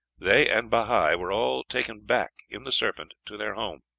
they and bahi were all taken back in the serpent to their home.